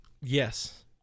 Yes